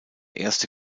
erste